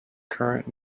current